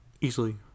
Easily